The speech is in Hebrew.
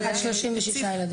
אבל עד 36 ילדים.